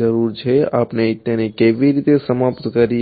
જરૂર છે આપણે તેને કેવી રીતે સમાપ્ત કરીએ